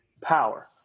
power